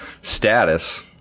status